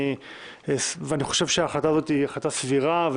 אני חושב שההחלטה הזאת היא החלטה סבירה.